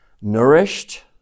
nourished